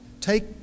Take